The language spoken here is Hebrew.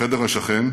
לחדר השכן,